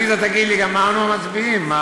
עליזה תגיד לי "גמרנו" מצביעים.